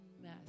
mess